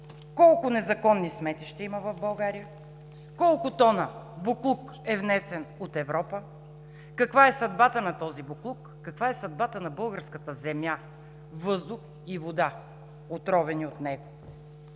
колко незаконни сметища има в България; колко тона боклук е внесен от Европа; каква е съдбата на този боклук; каква е съдбата на българската земя, въздух и вода, отровени от него?